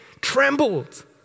trembled